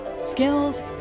skilled